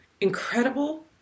incredible